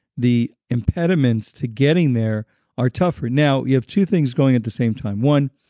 the impediments to getting there are tougher now, you have two things going at the same time. one,